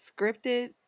scripted